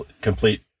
complete